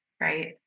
right